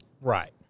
Right